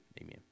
amen